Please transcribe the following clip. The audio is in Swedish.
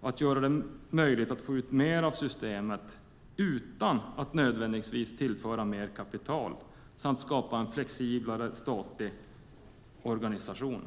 på att göra det möjligt att få ut mer av systemet utan att nödvändigtvis tillföra mer kapital samt på att skapa en mer flexibel statlig organisation.